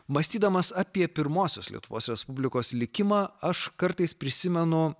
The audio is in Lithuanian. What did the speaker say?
mąstydamas apie pirmosios lietuvos respublikos likimą aš kartais prisimenu